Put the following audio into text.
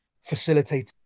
facilitating